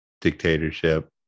dictatorship